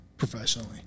Professionally